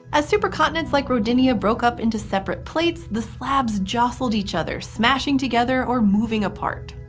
as supercontinents like rodinia broke up into separate plates, the slabs jostled each other, smashing together or moving apart.